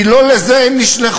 כי לא לזה הם נשלחו.